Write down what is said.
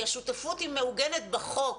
כי השותפות מעוגנת בחוק.